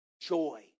joy